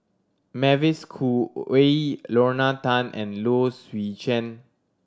Mavis Khoo Oei Lorna Tan and Low Swee Chen